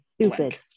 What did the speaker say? stupid